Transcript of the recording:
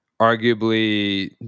arguably